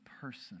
person